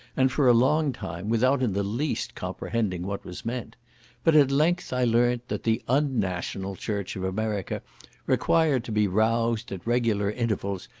and for a long time, without in the least comprehending what was meant but at length i learnt that the un-national church of america required to be roused, at regular intervals,